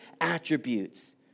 attributes